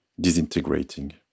disintegrating